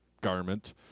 garment